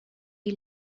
die